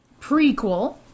prequel